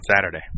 Saturday